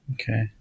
Okay